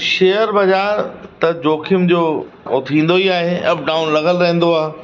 share बजार त जोखिम जो थींदो ई आहे अप डाउन लॻल रहंदो आहे